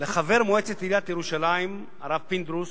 לחבר מועצת עיריית ירושלים הרב פינדרוס,